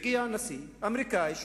והגיע הנשיא האמריקני,